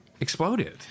exploded